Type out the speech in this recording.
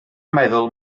meddwl